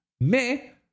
mais